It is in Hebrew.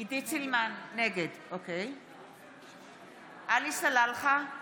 נגד עלי סלאלחה,